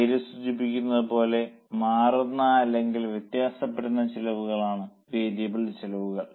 പേര് സൂചിപ്പിക്കുന്നത് പോലെ മാറുന്ന അല്ലെങ്കിൽ വ്യത്യാസപ്പെടുന്ന ചെലവുകളാണ് വേരിയബിൾ ചെലവുകൾ